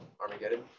Armageddon